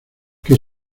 que